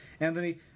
Anthony